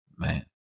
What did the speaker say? Man